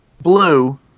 blue